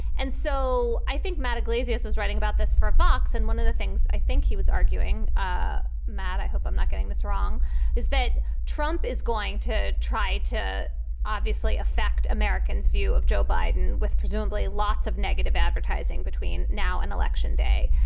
and so i think maddah glaziers was writing about this for fox. and one of the things i think he was arguing ah mad. i hope i'm not getting this wrong is that trump is going to try to obviously affect american's view of joe biden with presumably lots of negative advertising between now and election day.